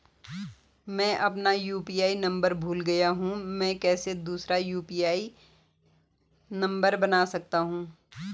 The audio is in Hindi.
मैं अपना यु.पी.आई नम्बर भूल गया हूँ मैं कैसे दूसरा यु.पी.आई नम्बर बना सकता हूँ?